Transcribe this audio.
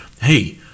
hey